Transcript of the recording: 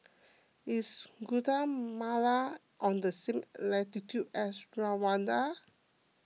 is Guatemala on the same latitude as Rwanda